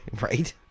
Right